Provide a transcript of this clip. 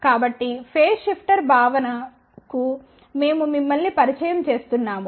కాబట్టి phase shifter భావనకు మేము మిమ్మల్ని పరిచయం చేస్తున్నాము